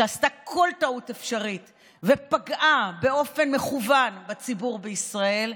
שעשתה כל טעות אפשרית ופגעה באופן מכוון בציבור בישראל,